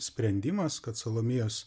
sprendimas kad salomėjos